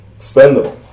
spendable